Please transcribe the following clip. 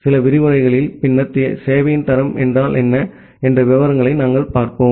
சில விரிவுரைகளில் பின்னர் சேவையின் தரம் என்றால் என்ன என்ற விவரங்களை நாங்கள் பார்ப்போம்